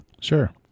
Sure